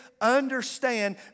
Understand